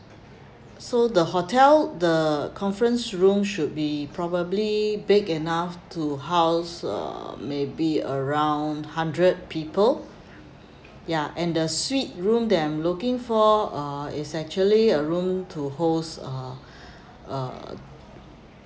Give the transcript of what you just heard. so the hotel the conference room should be probably big enough to house uh maybe around hundred people ya and the suite room that I'm looking for uh is actually a room to host a a